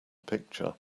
picture